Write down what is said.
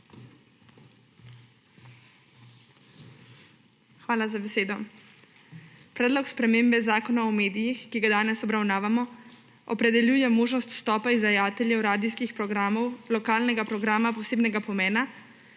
Hvala za besedo. Predlog spremembe Zakona o medijih, ki ga danes obravnavamo, opredeljuje možnost vstopa izdajateljev radijskih programov lokalnega programa posebnega pomena